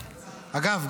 אגב,